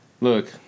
Look